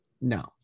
No